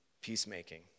peacemaking